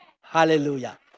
Hallelujah